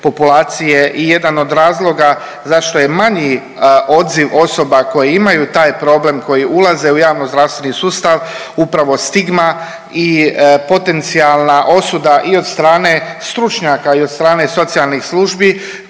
populacije i jedan od razloga zašto je manji odziv osoba koje imaju taj problem koji ulaze u javnozdravstveni sustav upravo stigma i potencijalna osuda i od strane stručnjaka i od strane socijalnih službi